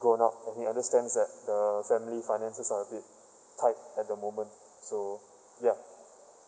grown up and he understands that the family finances are a bit tight at the moment so ya